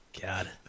God